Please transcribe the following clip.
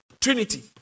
Trinity